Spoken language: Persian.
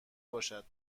باشد